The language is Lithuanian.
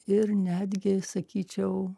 ir netgi sakyčiau